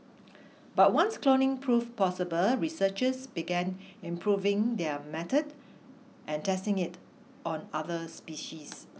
but once cloning proved possible researchers began improving their method and testing it on other species